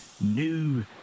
new